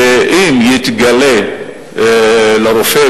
שאם יתגלה לרופא,